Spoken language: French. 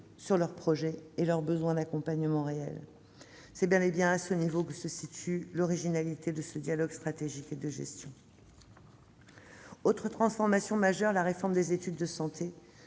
sur leurs projets et leurs réels besoins d'accompagnement. C'est bel et bien à ce niveau que se situe l'originalité du dialogue stratégique et de gestion. Autre transformation majeure : la réforme des études de santé.